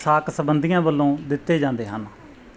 ਸਾਕ ਸੰਬੰਧੀਆਂ ਵੱਲੋਂ ਦਿੱਤੇ ਜਾਂਦੇ ਹਨ